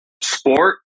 sport